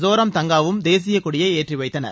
ஜோா்மா தங்காவும் தேசியக்கொடியை ஏற்றி வைத்தனர்